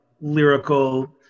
lyrical